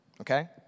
okay